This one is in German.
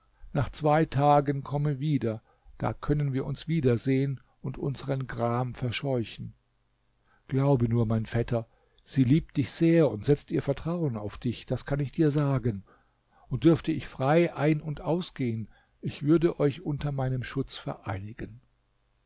nach zwei tagen komme wieder da können wir uns wiedersehen und unseren gram verscheuchen glaube nur mein vetter sie liebt dich sehr und setzt ihr vertrauen auf dich das kann ich dir sagen und dürfte ich frei ein und ausgehen ich würde euch unter meinem schutz vereinigen